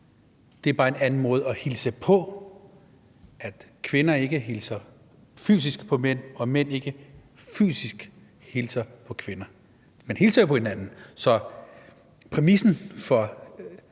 Det er bare en anden måde at hilse på hinanden på, at kvinder ikke hilser fysisk på mænd, og at mænd ikke hilser fysisk på kvinder. Man hilser jo på hinanden. Så præmissen for